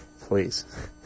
please